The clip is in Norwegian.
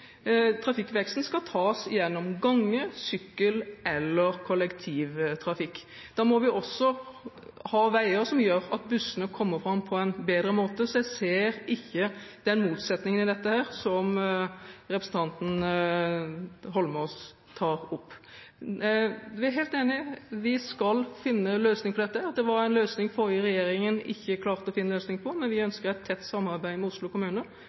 bussene kommer fram på en bedre måte, så jeg ser ikke den motsetningen i dette som representanten Eidsvoll Holmås tar opp. Vi er helt enige. Vi skal finne en løsning på dette. Det var en utfordring forrige regjering ikke klarte å finne en løsning på, men vi ønsker et tett samarbeid med Oslo kommune